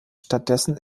stattdessen